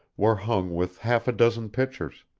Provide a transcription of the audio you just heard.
were hung with half a dozen pictures